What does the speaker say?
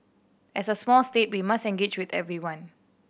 as a small state we must engage with everyone